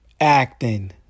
Acting